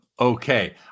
Okay